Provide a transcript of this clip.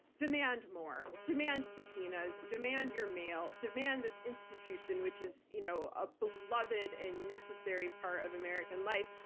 demand more, demand subpoenas, demand your mail. demand this institution, which is you know a beloved and necessary part of american life,